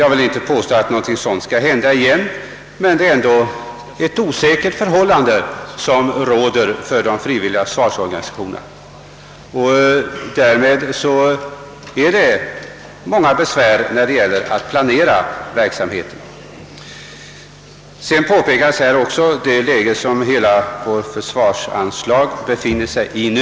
Jag vill inte påstå att något sådant skall hända igen, men det är ändå ett osäkerhetsmoment för de frivilliga organisationerna. Därav följer stor osäkerhet när de skall planera verksamheten. Vidare måste man som redan på pekats ta hänsyn till det läge vari frågan om hela vårt försvar befinner sig i nu.